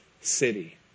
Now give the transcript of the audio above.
city